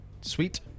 Sweet